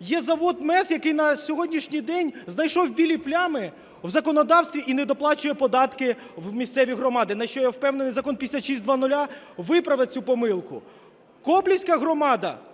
є завод МЕЗ, який на сьогоднішній день знайшов білі плями в законодавстві і не доплачує податки в місцеві громади, на що, я впевнений, Закон 5600 виправить цю помилку. Коблівська громада.